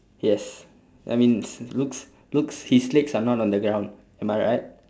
yes I mean looks looks his legs are not on the ground am I right